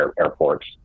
airports